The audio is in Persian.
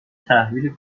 تحویل